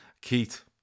Keith